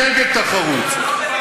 נגד תחרות.